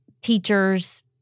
teachers